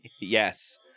yes